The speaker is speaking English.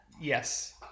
Yes